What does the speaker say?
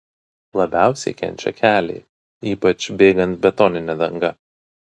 labiausiai kenčia keliai ypač bėgant betonine danga